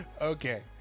Okay